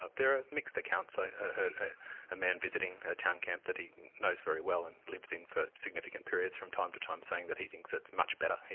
ah there are mixed accounts. i heard a man visiting a town camp that he knows very well, and lives in for significant periods from time to time saying that he thinks it's much better.